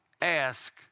ask